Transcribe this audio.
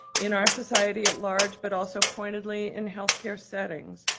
in our society at large, but also pointedly in health care settings,